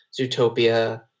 Zootopia